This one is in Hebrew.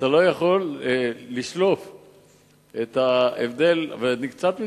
אתה לא יכול לשלוף את ההבדל, ואני קצת מתפלא.